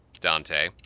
Dante